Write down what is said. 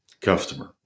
customer